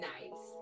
Nice